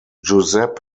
giuseppe